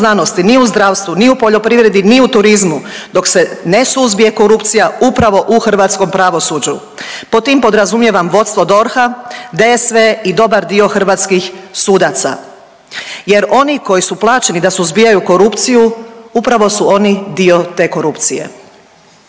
ni u zdravstvu, ni u poljoprivredi, ni u turizmu dok se ne suzbije korupcija upravo u hrvatskom pravosuđu. Pod tim podrazumijevam vodstvo DORH-a, DSV i dobar dio hrvatskih sudaca jer oni koji su plaćeni da suzbijaju korupciju upravo su oni dio te korupcije.